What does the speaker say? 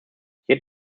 yet